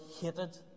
hated